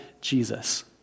Jesus